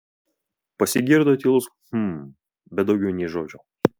pasigirdo tylus hm bet daugiau nė žodžio